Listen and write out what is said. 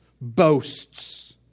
boasts